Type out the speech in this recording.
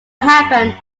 happen